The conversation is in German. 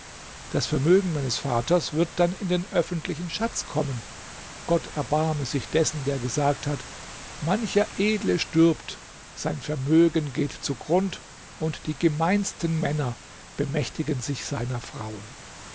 das vermögen meines vaters wird dann in den öffentlichen schatz kommen gott erbarme sich dessen der gesagt hat mancher edle stirbt sein vermögen geht zugrund und die gemeinsten männer bemächtigen sich seiner frauen